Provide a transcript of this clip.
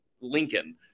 Lincoln